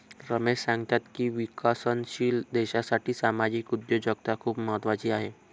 रमेश सांगतात की विकसनशील देशासाठी सामाजिक उद्योजकता खूप महत्त्वाची आहे